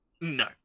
No